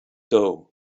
doe